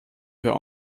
wir